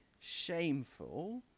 shameful